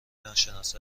ناشناس